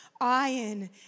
Iron